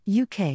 UK